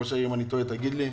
ראש העיר, אם אני טועה, תגיד לי.